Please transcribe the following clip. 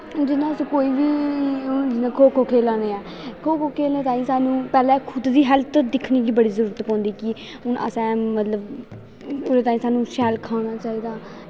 जि'यां अस हून खो खो खेला ने ऐं खो खो खिसनै ताहीं पैह्ले सानूं खुद दी हैल्थ दिक्खने दी जरूरत पौंदी कि हून असें मतलब ओह्दै ताहीं सानूं शैल खाना चाहिदा